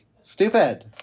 stupid